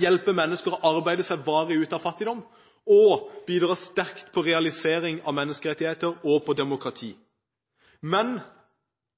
hjelpe mennesker til å arbeide seg varig ut av fattigdom, og som bidrar sterkt til realisering av menneskerettigheter og demokrati.